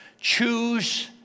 choose